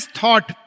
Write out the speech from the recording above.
thought